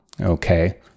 okay